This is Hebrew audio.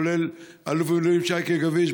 כולל האלוף במילואים שייקה גביש,